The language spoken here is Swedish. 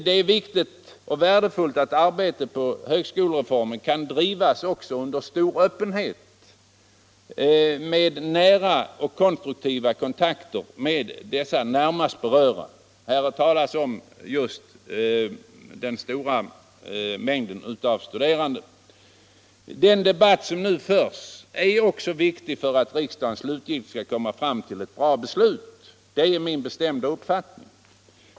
Det är viktigt och värdefullt att arbetet på högskolereformen kan drivas också under stor öppenhet och i nära och konstruktiva kontakter med de närmast berörda. Här har t.ex. talats om den stora mängden av studerande. Den debatt som nu förs är viktig för att riksdagen slutgiltigt skall komma fram till ett bra beslut. Det är min bestämda uppfattning.